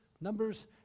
Numbers